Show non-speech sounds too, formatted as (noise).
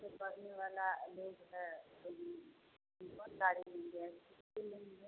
जो पढ़ने वाला लोग है वही कौन गाड़ी लेंगे (unintelligible) लेंगे